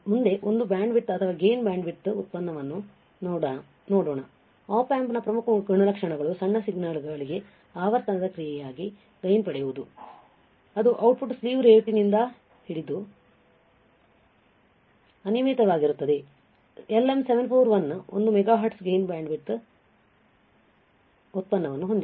ಮುಂದೆ ಒಂದು ಬ್ಯಾಂಡ್ವಿಡ್ತ್ ಅಥವಾ ಗೇನ್ ಬ್ಯಾಂಡ್ವಿಡ್ತ್ ಉತ್ಪನ್ನವನ್ನು ನೋಡೋಣ Op amp ನ ಪ್ರಮುಖ ಗುಣಲಕ್ಷಣಗಳು ಸಣ್ಣ ಸಿಗ್ನಲ್ಗಳಿಗೆ ಆವರ್ತನದ ಕ್ರಿಯೆಯಾಗಿ ಗೈನ್ ಪಡೆಯುವುದು ಅದು ಔಟ್ಪುಟ್ ಸ್ಲಿವ್ ರೇಟ್ನಿಂದ ಅನಿಯಮಿತವಾಗಿರುತ್ತದೆ LM741 1 ಮೆಗಾಹರ್ಟ್ಜ್ ಗೈನ್ ಬ್ಯಾಂಡ್ವಿಡ್ತ್ ಉತ್ಪನ್ನವನ್ನು ಹೊಂದಿದೆ